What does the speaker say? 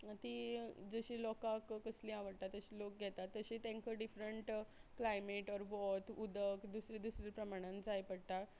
ती जशी लोकाक कसली आवडटा तशी लोक घेतात तशी तांकां डिफरंट क्लायमेट ऑर वत उदक दुसरे दुसऱ्या प्रमाणान जाय पडटा